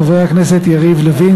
חברי הכנסת יריב לוין,